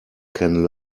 can